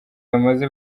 bamaze